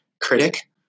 critic